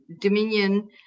Dominion